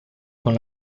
con